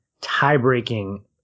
tie-breaking